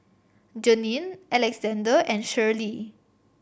Janine Alexzander and Shirley